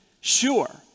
sure